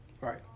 Right